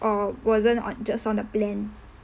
or wasn't on just on the plan